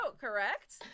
correct